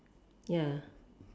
ya